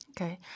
Okay